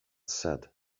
said